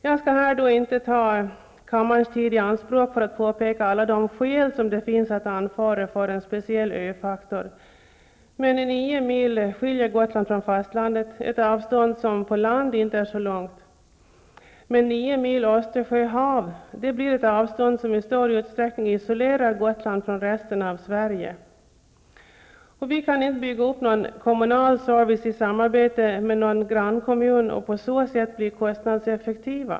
Jag skall här inte ta kammarens tid i anspråk för att påpeka alla de skäl som det finns att anföra för en speciell ö-faktor, men nio mil skiljer Gotland från fastlandet, ett avstånd som på land inte är långt. Nio mil Östersjöhav blir ett avstånd som i stor utsträckning isolerar Gotland från resten av Sverige. Vi kan inte bygga upp någon kommunal service i samarbete med någon grannkommun och på så sätt bli kostnadseffektiva.